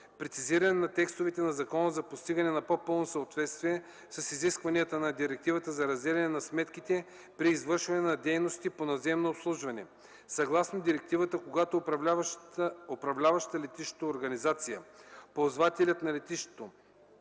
Прецизиране на текстовете на закона за постигане на по-пълно съответствие с изискванията на директивата за разделяне на сметките при извършване на дейности по наземно обслужване. Съгласно директивата, когато управляващата летището организация, ползвателят на летището